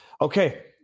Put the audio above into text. Okay